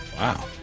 Wow